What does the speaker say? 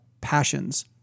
passions